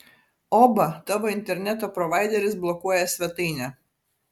oba tavo interneto provaideris blokuoja svetainę